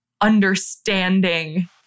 understanding